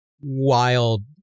wild